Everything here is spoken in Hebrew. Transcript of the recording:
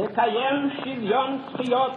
תקיים שוויון זכויות